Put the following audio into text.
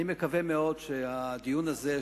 אני מקווה מאוד שהדיון הזה,